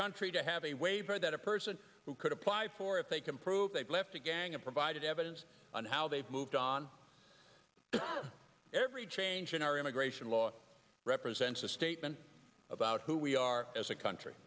country to have a waiver that a person who could apply for if they can prove they've left a gang and provided evidence on how they've moved on every change in our immigration law represents a statement about who we are as a country